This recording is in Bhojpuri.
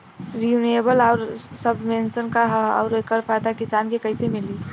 रिन्यूएबल आउर सबवेन्शन का ह आउर एकर फायदा किसान के कइसे मिली?